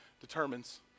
determines